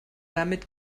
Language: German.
damit